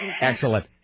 Excellent